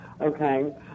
okay